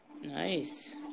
Nice